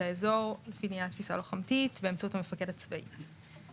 האזור לפי דיני התפיסה הלוחמתית באמצעות המפקד הצבאי.